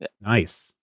Nice